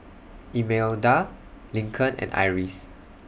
Imelda Lincoln and Iris